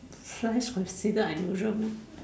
flies consider unusual meh